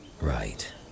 Right